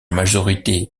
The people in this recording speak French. majorité